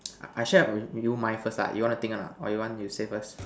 I I share with you mine first lah you want you think or not or you want you say first